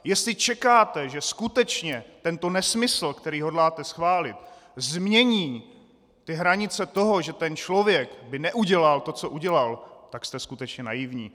Jestli čekáte, že skutečně tento nesmysl, který hodláte schválit, změní hranice toho, že ten člověk by neudělal to, co udělal, tak jste skutečně naivní.